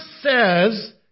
says